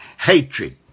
hatred